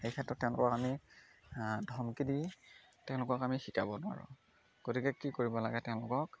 সেই ক্ষেত্ৰত তেওঁলোকক আমি ধমকি দি তেওঁলোকক আমি শিকাব নোৱাৰোঁ গতিকে কি কৰিব লাগে তেওঁলোকক